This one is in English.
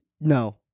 no